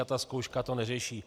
Ta zkouška to neřeší.